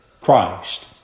Christ